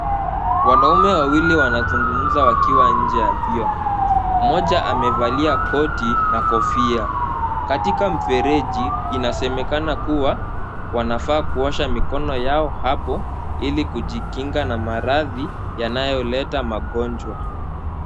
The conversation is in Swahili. Wanaume wawili wanazungumza wakiwa nje ya vyoo. Mmoja amevalia koti na kofia. Katika mfereji, inasemekana kuwa wanafaa kuosha mikono yao hapo ili kujikinga na maradhi yanayoleta magonjwa.